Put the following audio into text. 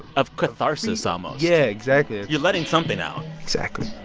of catharsis, almost yeah, exactly you're letting something out exactly